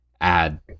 add